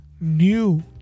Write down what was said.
new